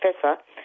Professor